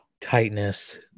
tightness